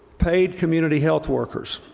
paid community health workers